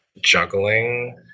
juggling